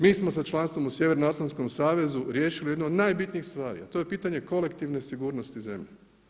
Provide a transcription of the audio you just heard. Mi smo sa članstvom u Sjevernoatlanskom savezu riješili jednu od najbitnijih stvari a to je pitanje kolektivne sigurnosti zemlje.